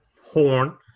Horn